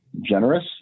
generous